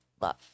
love